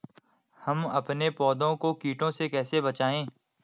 हम अपने पौधों को कीटों से कैसे बचाएं?